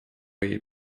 jej